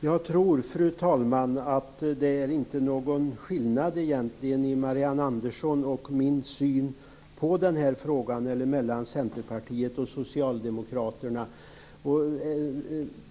Fru talman! Jag tror inte att det är någon skillnad egentligen i Marianne Anderssons och min - Centerpartiets och Socialdemokraternas - syn på denna fråga.